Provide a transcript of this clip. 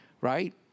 right